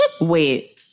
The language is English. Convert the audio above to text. wait